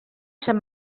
sant